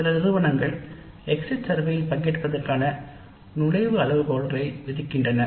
சில நிறுவனங்கள் exit survey கணக்கெடுப்பில் பங்கேற்பதற்கான நுழைவு அளவுகோல்களை விதிக்கின்றன